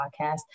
podcast